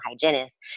hygienist